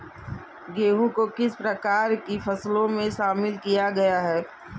गेहूँ को किस प्रकार की फसलों में शामिल किया गया है?